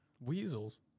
weasels